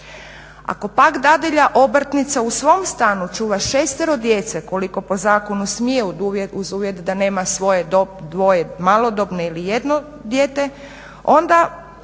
Ako pak dadilja obrtnica u svom stanu čuva šestero djece koliko po zakonu smije uz uvjet da nema svoje dvoje malodobne ili jedno dijete onda